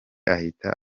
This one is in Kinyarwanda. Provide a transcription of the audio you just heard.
ahita